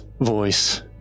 voice